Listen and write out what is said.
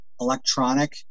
electronic